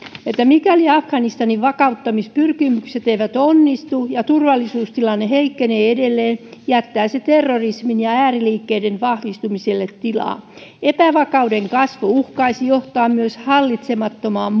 että mikäli afganistanin vakauttamispyrkimykset eivät onnistu ja turvallisuustilanne heikkenee edelleen jättää se terrorismin ja ääriliikkeiden vahvistumiselle tilaa epävakauden kasvu uhkaisi johtaa myös hallitsemattomaan